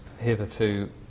hitherto